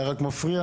היה רק מפריע,